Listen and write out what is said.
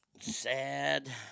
sad